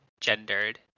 gendered